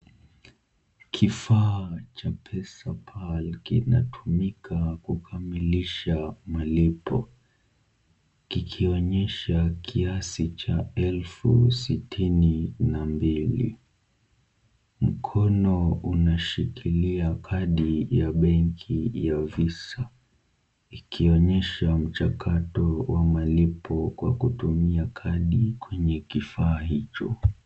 Kifaa cha PesaPal kinatumika kukamilisha malipo, kikionyesha kiasi cha elfu sitini na mbili. Mkono unashikilia kadi ya benki ya Visa , ikionyesha mchakato wa malipo kwa kutumia kadi kwenye kifaa hicho.